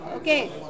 Okay